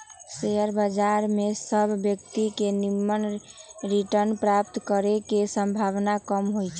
share बजार में सभ व्यक्तिय के निम्मन रिटर्न प्राप्त करे के संभावना कम होइ छइ